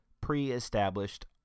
pre-established